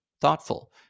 thoughtful